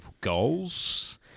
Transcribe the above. goals